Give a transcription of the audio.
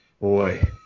Boy